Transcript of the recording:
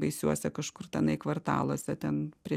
baisiuose kažkur tenai kvartaluose ten prie